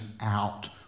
out